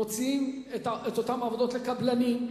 מוציאים את אותן עבודות לקבלנים.